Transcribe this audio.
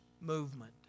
movement